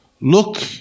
Look